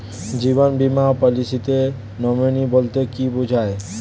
জীবন বীমা পলিসিতে নমিনি বলতে কি বুঝায়?